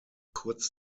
kurz